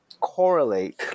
correlate